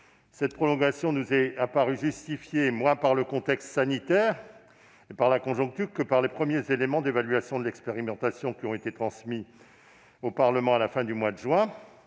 Cette prolongation nous a paru justifiée, moins par le contexte sanitaire et par la conjoncture que par les premiers éléments d'évaluation de l'expérimentation, qui ont été transmis au Parlement à la fin du mois de juin,